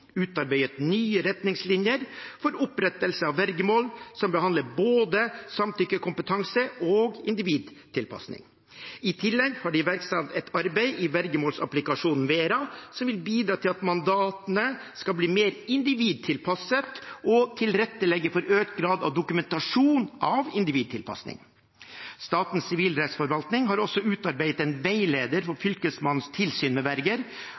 utarbeidet nye retningslinjer for opprettelse av vergemål, som behandler både samtykkekompetanse og individtilpasning. I tillegg har de iverksatt et arbeid i vergemålsapplikasjonen VERA, som vil bidra til at mandatene skal bli mer individtilpasset, og tilrettelegge for økt grad av dokumentasjon av individtilpasning. Statens sivilrettsforvaltning har også utarbeidet en veileder for Fylkesmannens tilsyn med verger,